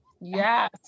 Yes